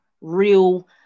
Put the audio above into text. real